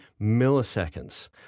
milliseconds